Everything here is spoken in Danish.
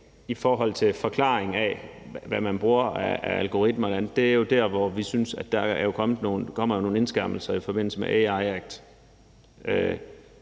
i forhold til forklaringen af, hvad man bruger af algoritmer, er der, hvor vi synes, at der kommer nogle indskærpelser i forbindelse med AI Act.